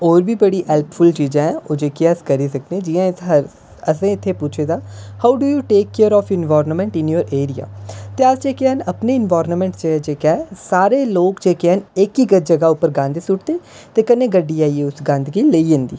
और बी बडी हैल्प फुल चीज़ा न जेकियां अस करी सकने हां जि'यां असें इत्थै पुच्छे दा how do you take care of environment in your area तां अस जेका हा ना अपने इनवायरंमेंट जेका ऐ सारे लोक जेके हैन इक इक जगह पर गंद सु'टदे कन्नै गड्डी आइयै उस गंद गी लेई जंदी